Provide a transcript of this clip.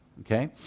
Okay